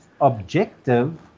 objective